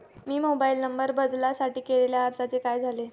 मी mobile number बदलासाठी केलेल्या अर्जाचे काय झाले?